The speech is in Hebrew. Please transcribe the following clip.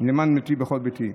נאמן בכל ביתי.